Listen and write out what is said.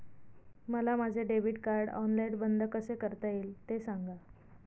मला माझे debit card online बंद कसे करता येईल, ते सांगा